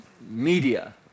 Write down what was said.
media